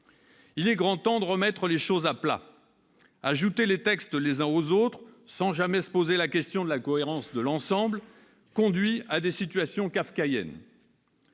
Il est grand temps de remettre les choses à plat. Ajouter les textes les uns aux autres sans jamais s'interroger sur la cohérence de l'ensemble conduit à des situations kafkaïennes.